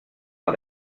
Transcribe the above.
par